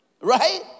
Right